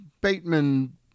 Bateman